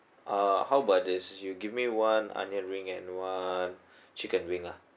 uh how about this is you give me one onion ring and one chicken wing lah